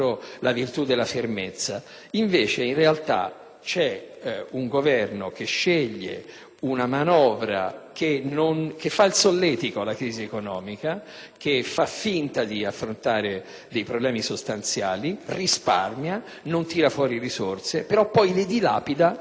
c'è un Governo che sceglie una manovra che fa il solletico alla crisi economica, finge di affrontare i problemi sostanziali, risparmia, non tira fuori risorse, ma poi le dilapida in voragini vertiginose.